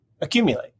accumulate